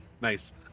Nice